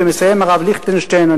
ומסיים הרב ליכטנשטיין,